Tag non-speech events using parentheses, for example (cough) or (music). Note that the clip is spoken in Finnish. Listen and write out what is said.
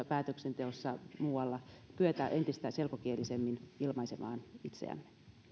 (unintelligible) päätöksenteossa ja muualla kyetä entistä selkokielisemmin ilmaisemaan itseämme